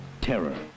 Terror